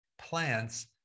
plants